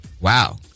Wow